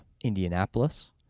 Indianapolis